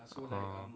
orh